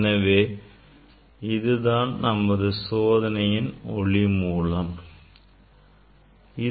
எனவே இதுதான் நமது சோதனைக்கான ஒளி மூலம் ஆகும்